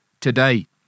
Today